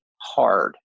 hard